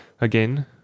Again